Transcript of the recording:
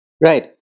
Right